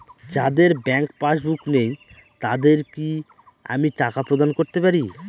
যাদের bank passbook নেই তাদের কি আমি টাকা প্রদান করতে পারি?